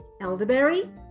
elderberry